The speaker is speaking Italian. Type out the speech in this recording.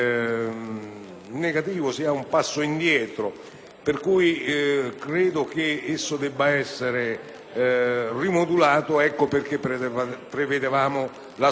pertanto che esso debba essere rimodulato. Ecco perché prevedevamo la soppressione